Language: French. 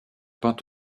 peinte